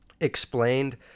explained